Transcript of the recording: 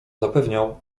zapewniał